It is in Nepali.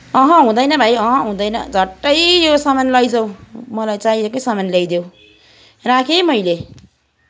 अँह हुँदैन भाइ अँह हुँदैन झट्टै यो सामान लैजाऊ मलाई चाहिएकै सामान ल्याइदेऊ राखेँ है मैले